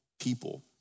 people